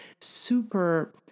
super